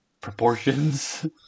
proportions